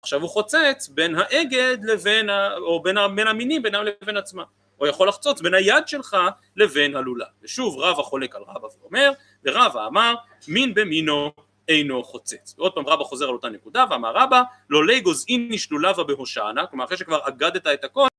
עכשיו הוא חוצץ בין האגד לבין או בין המינים בינם לבין עצמם או יכול לחצוץ בין היד שלך לבין הלולב. ושוב רבא חולק על רבה ואומר ״ורבא אמר מין במינו אינו חוצץ״, ועוד פעם רבה חוזר על אותה נקודה: ״ואמר רבה לא ליגוז איניש לולבא בהושענא״ כלומר אחרי שכבר אגדת את הכל